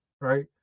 right